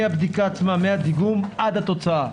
מהבדיקה עצמה, מהדיגום, עד התוצאה.